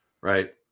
right